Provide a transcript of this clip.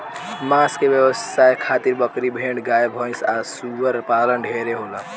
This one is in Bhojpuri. मांस के व्यवसाय खातिर बकरी, भेड़, गाय भैस आ सूअर पालन ढेरे होला